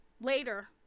later